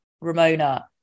ramona